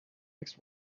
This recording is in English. next